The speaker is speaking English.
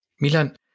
Milan